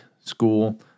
school